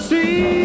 See